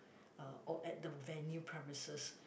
uh or at the venue premises